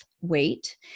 weight